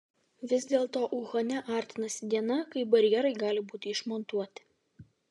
vis dėlto uhane artinasi diena kai barjerai gali būti išmontuoti